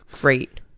great